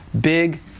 big